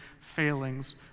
failings